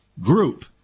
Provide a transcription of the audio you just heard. group